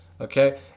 okay